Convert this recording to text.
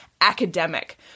academic